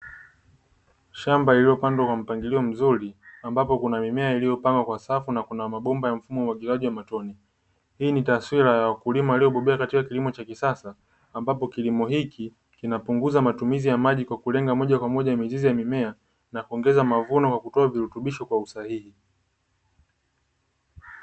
Shamba iliyopandwa kwa mpangilio mzuri ambapo kuna mimea iliyopangwa kwa safu na kuna mabomba ya mfumo umwagilaji wa motone. Hii ni taswira ya wakulima waliobobea katika kilimo cha kisasa, ambapo kilimo hiki kinapunguza matumizi ya maji kwa kulenga moja kwa moja mizizi ya mimea na kuongeza mavuno kwa kutoa virutubisho kwa usahihi.